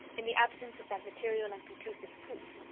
in the absence of that material and conclusive proof,